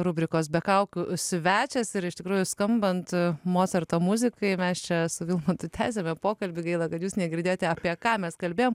rubrikos be kaukių svečias ir iš tikrųjų skambant mocarto muzikai mes čia su vilmantu tęsiame pokalbį gaila kad jūs negirdėjote apie ką mes kalbėjome